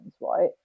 right